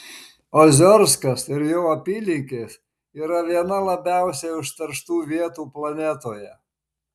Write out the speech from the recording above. oziorskas ir jo apylinkės yra viena labiausiai užterštų vietų planetoje